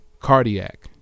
Cardiac